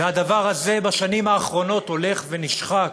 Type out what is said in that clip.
והדבר הזה בשנים האחרונות הולך ונשחק.